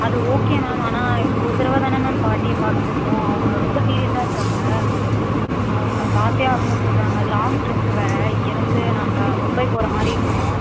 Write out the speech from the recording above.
அது okay ma'am ஆனால் ஒரு தடவை தானே மேம் பாட்டியை பார்க்க முடியும் அவங்க ரொம்ப சீரியஸாக இருக்காங்க அவங்க பார்த்தே ஆகணுன்னும் சொல்றாங்க லாங் ட்ரிப் வேறு இங்கேருந்து நாங்கள் மும்பை போகிற மாதிரி இருக்கும்